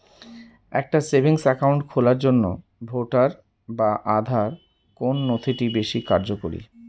একটা savings account খোলার জন্য ভোটার বা আধার কোন নথিটি বেশী কার্যকরী?